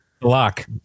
lock